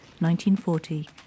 1940